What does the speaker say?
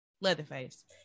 Leatherface